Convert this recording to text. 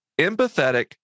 empathetic